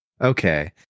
Okay